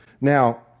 Now